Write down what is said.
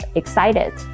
excited